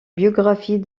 biographies